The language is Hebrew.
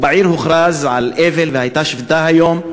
ובעיר הוכרז אבל והייתה שביתה היום.